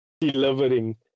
delivering